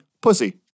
Pussy